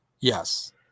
Yes